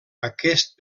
aquest